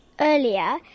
earlier